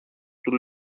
του